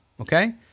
okay